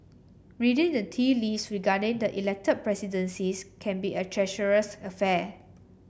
reading the tea leaves regarded the Elected Presidencies can be a treacherous affair